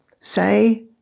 say